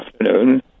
afternoon